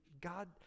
god